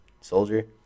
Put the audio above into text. soldier